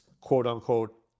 quote-unquote